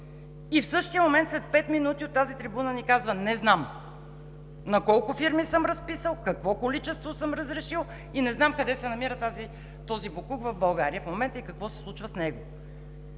И в същия момент, след пет минути от тази трибуна ни казва: „Не знам на колко фирми съм разписал, какво количество съм разрешил, къде се намира този боклук в България в момента и какво се случва с него“.